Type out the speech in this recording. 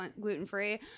gluten-free